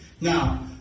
Now